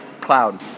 Cloud